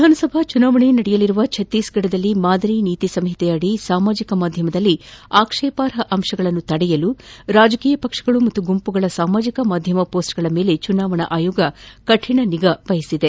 ವಿಧಾನಸಭಾ ಚುನಾವಣೆ ನಡೆಯಲಿರುವ ಛತ್ತೀಸ್ಗಡದಲ್ಲಿ ಮಾದರಿ ನೀತಿ ಸಂಹಿತೆಯಡಿ ಸಾಮಾಜಿಕ ಮಾಧ್ಯಮದಲ್ಲಿ ಆಕ್ಷೇಪಾರ್ಹ ಅಂಶಗಳನ್ನು ತಡೆಯಲು ರಾಜಕೀಯ ಪಕ್ಷಗಳು ಹಾಗೂ ಗುಂಪುಗಳ ಸಾಮಾಜಿಕ ಮಾಧ್ಯಮ ಹೋಸ್ಗೆಗಳ ಮೇಲೆ ಚುನಾವಣಾ ಆಯೋಗ ಕಠಿಣ ನಿಗಾ ವಹಿಸಿದೆ